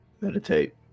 meditate